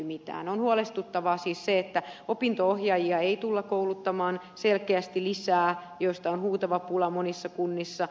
on huolestuttavaa siis se että opinto ohjaajia ei tulla kouluttamaan selkeästi lisää vaikka heistä on huutava pula monissa kunnissa